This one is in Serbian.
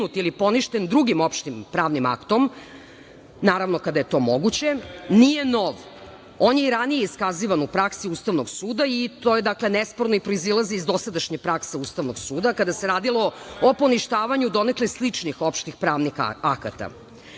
ili poništen drugim opštim pravnim aktom, naravno kada je to moguće, nije nov. On je i ranije iskazivan u praksi Ustavnog suda i to je nesporno i proizilazi iz dosadašnje prakse Ustavnog suda, kada se radilo o poništavanju donekle sličnih opštih pravnih akata. Veoma